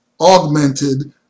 augmented